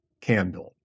candle